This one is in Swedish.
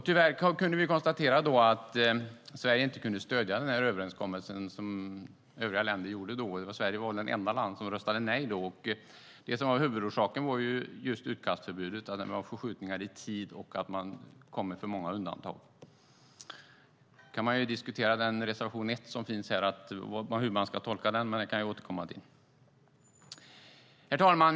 Tyvärr kunde inte Sverige här stödja överenskommelsen med de övriga länderna. Sverige var det enda land som röstade nej. Huvudorsaken var just utkastförbudet, att man får förskjutningar i tid och för många undantag. Man kan diskutera hur vi ska tolka reservation 1, men det ska jag återkomma till. Herr talman!